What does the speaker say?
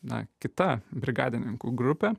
na kita brigadininkų grupė